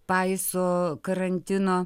paiso karantino